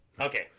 Okay